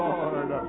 Lord